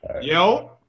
Yo